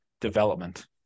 development